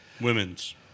Women's